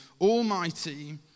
almighty